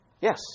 Yes